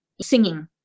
singing